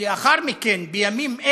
ולאחר מכן, בימים אלה,